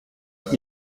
cinq